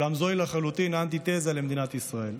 אולם זוהי לחלוטין האנטיתזה למדינת ישראל,